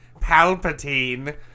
Palpatine